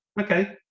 okay